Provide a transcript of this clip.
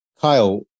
Kyle